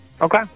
Okay